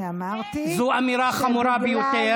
אני אמרתי, זו אמירה חמורה ביותר.